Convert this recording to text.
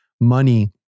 money